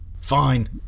Fine